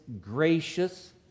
gracious